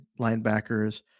linebackers